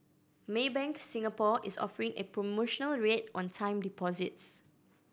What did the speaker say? Maybank Singapore is offering a promotional rate on time deposits